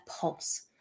pulse